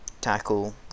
tackle